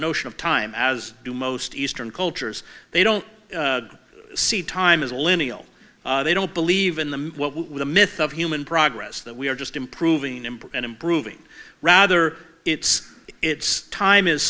notion of time as do most eastern cultures they don't see time as a lineal they don't believe in them the myth of human progress that we are just improving and improving rather it's it's time is